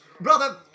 Brother